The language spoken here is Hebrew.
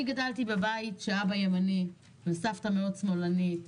אני גדלתי בבית שאבא היה ימני וסבתא מאוד שמאלנית,